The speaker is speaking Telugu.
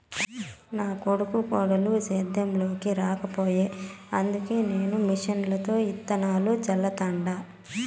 నా కొడుకు కోడలు సేద్యం లోనికి రాకపాయె అందుకే నేను మిషన్లతో ఇత్తనాలు చల్లతండ